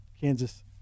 Kansas